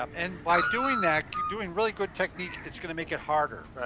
um and by doing that, doing really good technique, it's gonna make it harder.